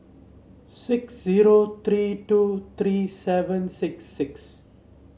six zero three two three seven six six